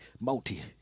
multi